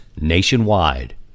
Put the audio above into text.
nationwide